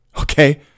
Okay